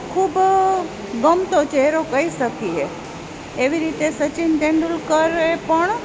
ખૂબ ગમતો ચહેરો કહી શકીએ એવી રીતે સચિન તેંડુલકરે પણ